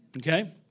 okay